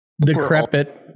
decrepit